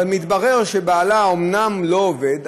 ומתברר שבעלה אומנם לא עובד,